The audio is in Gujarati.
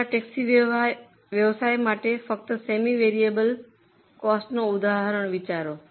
અમારા ટેક્સી વ્યવસાય માટે ફક્ત સેમી વેરિયેબલ કોસ્ટનો ઉદાહરણ વિચારો